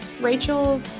Rachel